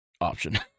option